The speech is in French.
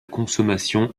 consommation